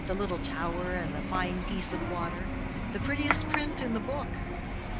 with the little tower and the fine piece of water the prettiest print in the book.